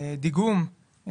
דיגום,